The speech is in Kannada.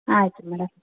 ಆಯಿತು ಮೇಡಮ್